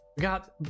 Got